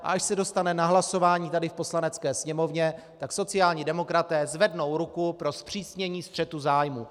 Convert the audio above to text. A až se dostane na hlasování tady v Poslanecké sněmovně, tak sociální demokraté zvednou ruku pro zpřísnění střetu zájmů.